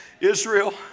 Israel